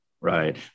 Right